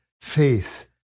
faith